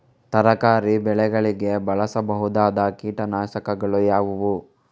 ತರಕಾರಿ ಬೆಳೆಗಳಿಗೆ ಬಳಸಬಹುದಾದ ಕೀಟನಾಶಕಗಳು ಯಾವುವು?